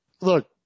look